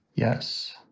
Yes